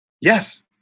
Yes